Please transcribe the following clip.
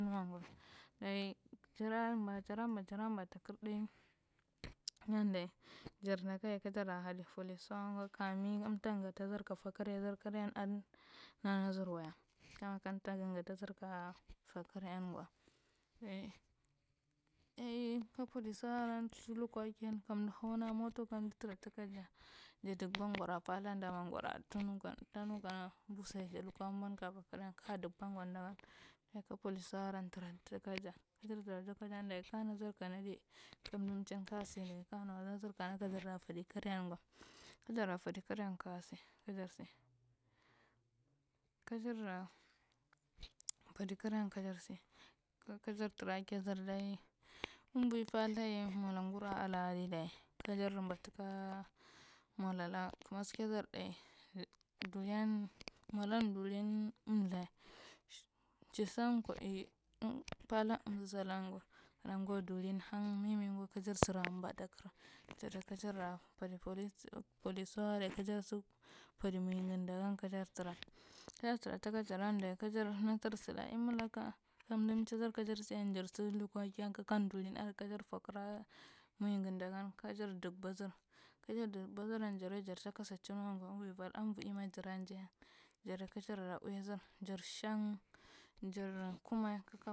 Mwa dayi sara mɓa jara mɓa jara mɓa takar dai gandiye jarda ganye kajara hadi poliswa gwa kami kanta satada ka fadi kayadar kayan adi nana darwaye chairman kunta kata kayan gwa ɗai kapoliswa aran si lokwa kiyau kandu havna mota kandu tura tukaja, ja dikba ngura pathun dama nguza tanu kana mbow sai ja lokwa mboun kafa kayan kajikba ngwadasan sa ka poliswa aran tura tuke ja kajar tujan dayi kan nadir kanadi kamdu mchin kasi dayi kanuewaladar kana ajar fai kariyan gwa kajar fadi kayan, kasi kajarsi kajara fadi karayan kajasi kyar tura kiyadar dayi amoi patha mole ngurava diye diya kasar mɓ tuka molola mashi dar ɗai. Yin motun duri amthur chisdsas ku ie ah pathu umzu salan gwa kanugwo durin hang mimigiwa kajal sira mɓa ta kar jadi kaja fade polis poliwaari kajar sidadi moigan kajar nadir sila eimi. Laka kamdu mcheydai kasiyan jarsa lokwa kayan kaka durin arak ajar poreara moiga ɗogon kejar jikba dan. Kajar jikbang. Jarye jarta kasakchinwae gwa amvoi path avoieima jar jai jadi kajar ui dar jar shang jar kutme kaka.